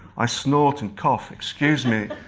i snort and cough, excuse me,